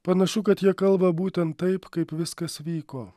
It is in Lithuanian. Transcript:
panašu kad jie kalba būtent taip kaip viskas vyko